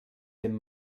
dem